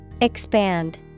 Expand